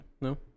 No